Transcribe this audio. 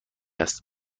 است